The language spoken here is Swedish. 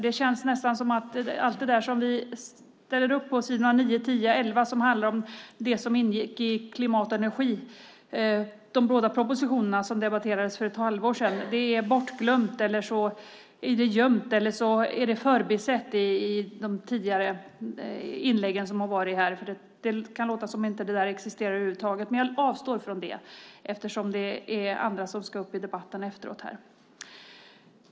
Det känns nästan som om allt det som vi skriver om på s. 9, 10 och 11 som handlar om det som ingick i de båda propositionerna som debatterades för ett halvår sedan är bortglömt eller gömt, eller också har det förbisetts i de tidigare inläggen här. Det kan låta som om detta över huvud taget inte existerar. Men jag avstår från att läsa ur betänkandet, eftersom andra ska upp i debatten efter mig.